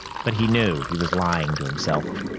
but he knew he was lying to himself.